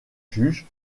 juge